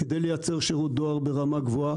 כדי לייצר שירות דואר ברמה גבוהה,